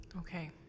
Okay